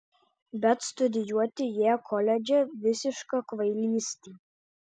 bet studijuoti ją koledže visiška kvailystė